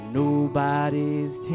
nobody's